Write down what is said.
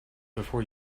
before